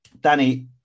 Danny